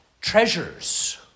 treasures